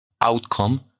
outcome